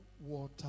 water